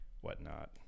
whatnot